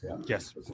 yes